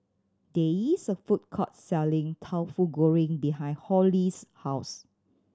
there is a food court selling Tauhu Goreng behind Holli's house